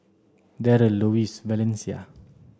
Darryle Lois Valencia